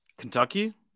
kentucky